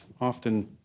often